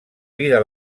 vida